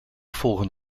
volgen